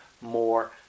more